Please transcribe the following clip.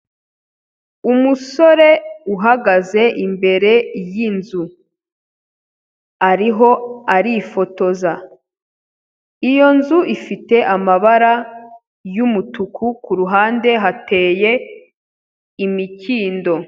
Umusore uhagaze imbere yinzu ariho arifotoza iyo nzu ifite amabara y'umutuku kuruhande hateye imikindo.